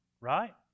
right